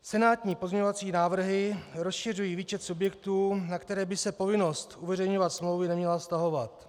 Senátní pozměňovací návrhy rozšiřují výčet subjektů, na které by se povinnost uveřejňovat smlouvy neměla vztahovat.